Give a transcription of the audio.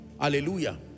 hallelujah